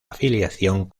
afiliación